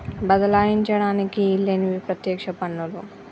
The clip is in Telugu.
బదలాయించడానికి ఈల్లేనివి పత్యక్ష పన్నులు